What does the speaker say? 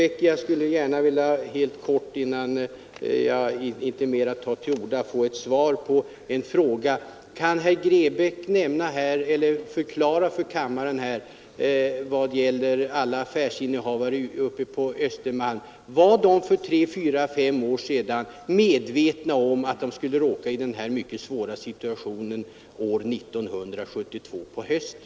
Jag skulle gärna, helt kort eftersom jag inte mera tar till orda, vilja få svar på en fråga: Kan herr Grebäck förklara för kammaren, om alla affärsinnehavare uppe på Östermalm för fyra, fem år sedan var medvetna om att de skulle råka i denna mycket svåra situation år 1972 på hösten?